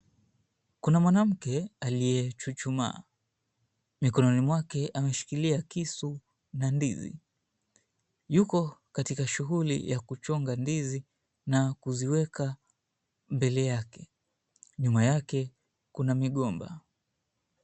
Kuna mwanamke aliyechuchumaa mikononi mwake ameshikilia kisu na ndizi. Yuko katika shughuli ya kuchonga ndizi na kuziweka mbele yake, nyuma yake kuna migomba.